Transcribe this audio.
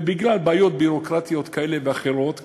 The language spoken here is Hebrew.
ובגלל בעיות ביורוקרטיות כאלה ואחרות,